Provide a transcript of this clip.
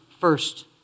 first